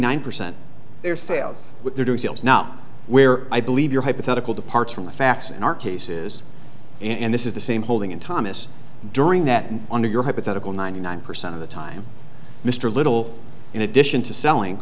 nine percent their sales sales now where i believe your hypothetical departs from the facts in our cases and this is the same holding in thomas during that and under your hypothetical ninety nine percent of the time mr little in addition to selling